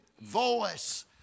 voice